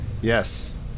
Yes